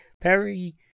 Perry